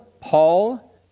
Paul